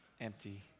Empty